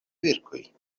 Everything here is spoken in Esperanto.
verkoj